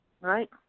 Right